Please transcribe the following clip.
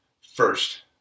first